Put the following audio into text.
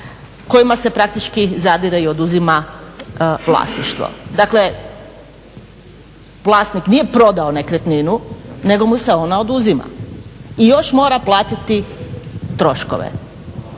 kojima se praktički zadire i oduzima vlasništvo. Dakle, vlasnik nije prodao nekretninu, nego mu se ona oduzima i još mora platiti troškove.